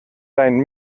dein